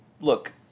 look